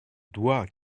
doit